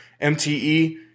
MTE